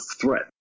threat